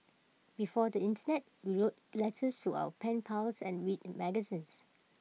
before the Internet we wrote letters to our pen pals and read magazines